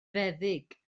feddyg